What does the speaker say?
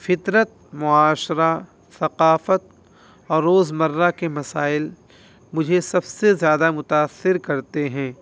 فطرت معاشرہ ثقافت اور روزمرہ کے مسائل مجھے سب سے زیادہ متاثر کرتے ہیں